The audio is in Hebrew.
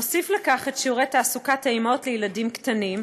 נוסיף לכך את שיעור תעסוקת האימהות לילדים קטנים,